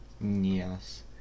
Yes